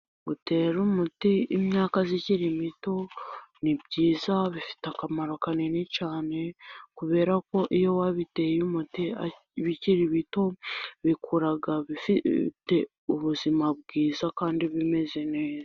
Gutera umuti imyaka ikiri mito, ni byiza bifite akamaro kanini cyane, kubera ko iyo wabiteye umuti bikiri bito, bikura bifite ubuzima bwiza, kandi bimeze neza.